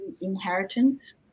Inheritance